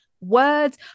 words